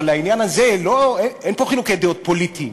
אבל לעניין הזה, אין פה חילוקי דעות פוליטיים.